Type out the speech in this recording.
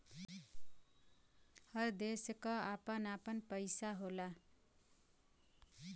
हर देश क आपन आपन पइसा होला